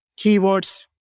keywords